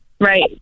Right